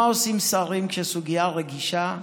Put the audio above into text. מה עושים שרים כשסוגיה רגישה?